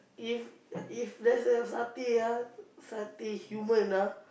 if if let's have satay ah satay human lah